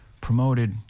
promoted